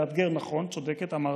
"לאתגר" נכון, צודקת, אמרתי.